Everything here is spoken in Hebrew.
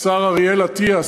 השר אריאל אטיאס,